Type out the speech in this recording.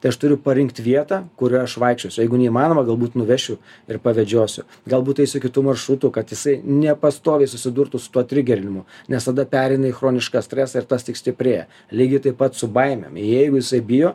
tai aš turiu parinkt vietą kurioje aš vaikščiosiu jeigu neįmanoma galbūt nuvešiu ir pavedžiosiu galbūt eisiu kitu maršrutu kad jisai nepastoviai susidurtų su tuo trigerinimu nes tada pereina į chronišką stresą ir tas tik stiprėja lygiai taip pat su baimėm jeigu jisai bijo